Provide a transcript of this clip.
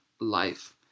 life